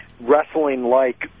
wrestling-like